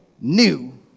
new